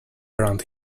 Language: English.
around